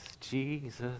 Jesus